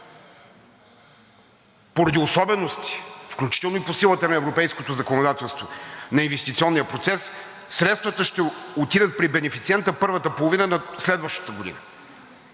поради особености, включително и по силата на европейското законодателство на инвестиционния процес, средствата ще отидат при бенефициента през първата половина на следващата година,